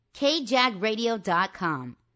KJagRadio.com